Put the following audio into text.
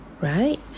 right